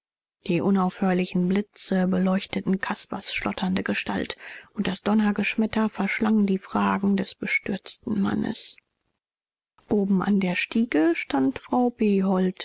die unaufhörlichen blitze beleuchteten caspars schlotternde gestalt und das donnergeschmetter verschlang die fragen des bestürzten mannes oben an der stiege stand frau